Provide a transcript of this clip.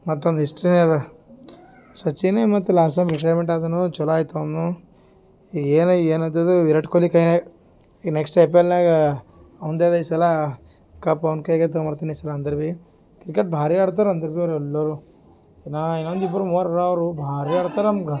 ಮತ್ತೊಂದು ಹಿಸ್ಟ್ರಿನೆ ಅದು ಸಚಿನೆ ಮತ್ತು ಲಾಸ್ಟ ಟೈಮ್ ರಿಟೈರ್ಮೆಂಟ್ ಆದನು ಚಲೊ ಆಯ್ತು ಅವನೂ ಏನೆ ಏನಾತದು ವಿರಾಟ್ ಕೊಹ್ಲಿ ಕೈನ್ಯಾಗ ಈ ನೆಕ್ಸ್ಟ್ ಐ ಪಿ ಎಲ್ನಾಗಾ ಅವನದೆ ಈ ಸಲ ಕಪ್ ಅವ್ನ ಕೈಗೆ ತಗೋಬರ್ತಿನಿ ಈ ಸಲ ಅಂದರೆ ಬಿ ಕ್ರಿಕೆಟ್ ಭಾರಿ ಆಡ್ತಾರೆ ಅಂದರೆ ಬಿ ಅವ್ರು ಎಲ್ಲರು ನಾ ಇನ್ನೊಂದು ಇಬ್ಬರು ಮೂವರು ಅವರು ಭಾರಿ ಆಡ್ತಾರೆ ಮುಂಗ್ರ